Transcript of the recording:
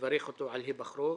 ולברך אותו על היבחרו.